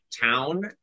town